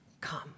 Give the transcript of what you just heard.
come